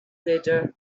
later